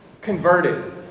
converted